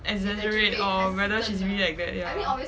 exaggerate or rather she's really like that ya